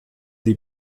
des